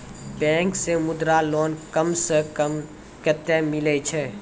Bank से Mudra loan कम सऽ कम कतैय मिलैय छै?